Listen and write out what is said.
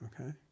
Okay